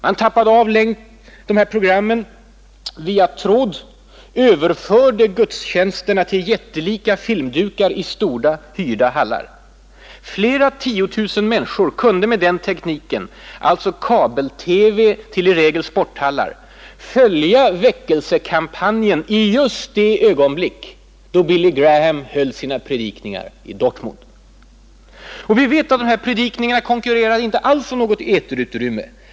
Man tappade av programmen via tråd, överförde gudstjänsterna till jättelika filmdukar i stora, hyrda hallar. Tiotusentals människor kunde med den tekniken, alltså kabel-TV till i regel sporthallar, följa väckelsekampanjen i just det ögonblick då Billy Graham höll sina predikningar i Dortmund. Vi vet att dessa predikningar inte alls konkurrerade om något eterutrymme.